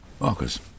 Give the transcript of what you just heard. Marcus